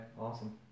awesome